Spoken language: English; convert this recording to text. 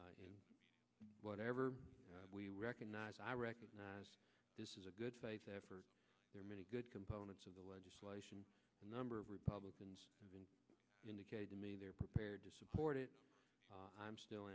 billion whatever we recognize i recognize this is a good faith effort there are many good components of the legislation a number of republicans indicated to me they're prepared to support it i'm still